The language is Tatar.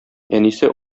әнисе